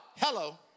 Hello